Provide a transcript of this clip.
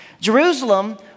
Jerusalem